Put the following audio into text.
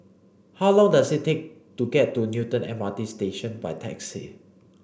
how long does it take to get to Newton M R T Station by taxi